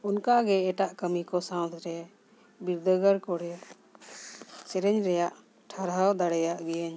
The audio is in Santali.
ᱚᱱᱠᱟ ᱜᱮ ᱮᱴᱟᱜ ᱠᱟᱹᱢᱤ ᱠᱚ ᱥᱟᱶᱛ ᱨᱮ ᱵᱤᱨᱫᱟᱹᱜᱟᱲ ᱠᱚᱨᱮ ᱥᱮᱨᱮᱧ ᱨᱮᱭᱟᱜ ᱴᱟᱨᱦᱟᱣ ᱫᱟᱲᱮᱭᱟᱜ ᱜᱤᱭᱟᱹᱧ